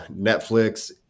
Netflix